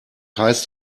heißt